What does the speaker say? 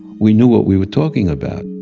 we knew what we were talking about.